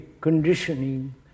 conditioning